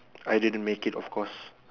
I didn't make it of course